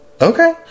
Okay